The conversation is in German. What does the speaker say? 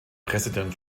präsident